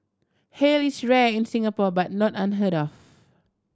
hail is rare in Singapore but not unheard of